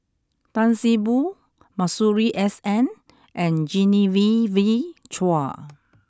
Tan See Boo Masuri S N and Genevieve Chua